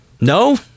No